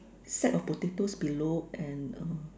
sack of potatoes below and um